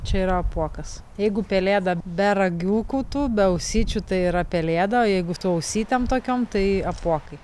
čia yra apuokas jeigu pelėda be ragiukų tų be ausyčių tai yra pelėda o jeigu su ausytėm tokiom tai apuokai